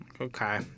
okay